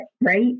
right